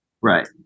Right